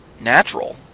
natural